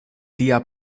tia